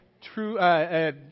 True